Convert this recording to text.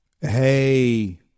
Hey